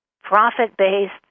profit-based